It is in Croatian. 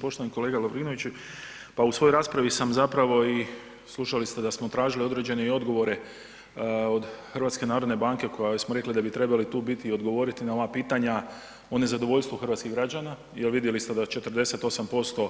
Poštovani kolega Lovrinoviću, a u svojo raspravi sam i slušali ste da smo tražili određene i odgovore od HNB-a koja smo rekli da bi trebala tu biti i odgovoriti na ova pitanja o nezadovoljstvu hrvatskih građana jer vidjeli smo da 48%,